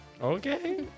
Okay